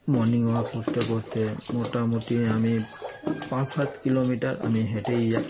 morning walk করতে করতে মোটামুটি আমি ওই পাঁচ সাত কিলোমিটার আমি হেঁটেই যাই